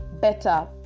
better